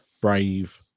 Brave